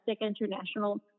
international